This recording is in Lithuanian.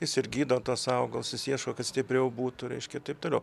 jis ir gydo tuos augalus jis ieško kad stipriau būtų reiškia ir taip toliau